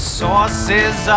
sources